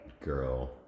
Girl